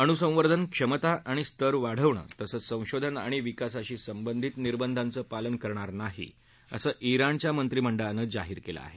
अणू संवर्धन क्षमता आणि स्तर वाढवणं तसंघ संशोधन आणि विकासाशी संबंधित निर्दधांचं पालन करणार नाही असं इराणच्या मंत्रिमंडळानं जाहीर केलं आहे